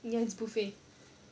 ya it's buffet